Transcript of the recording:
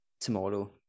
tomorrow